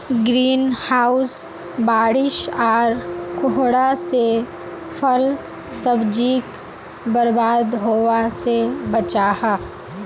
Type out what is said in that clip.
green house बारिश आर कोहरा से फल सब्जिक बर्बाद होवा से बचाहा